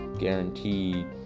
guaranteed